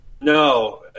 No